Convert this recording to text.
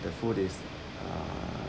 the full days uh